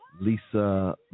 Lisa